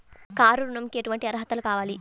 Car ఋణంకి ఎటువంటి అర్హతలు కావాలి?